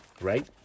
right